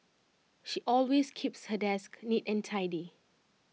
she always keeps her desk neat and tidy